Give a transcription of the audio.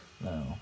No